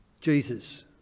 Jesus